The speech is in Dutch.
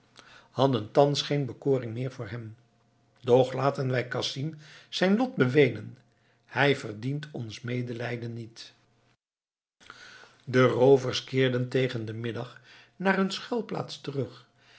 hadden thans geen bekoring meer voor hem doch laten wij casim zijn lot beweenen hij verdient ons medelijden niet de roovers keerden tegen den middag naar hun schuilplaats terug